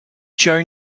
joe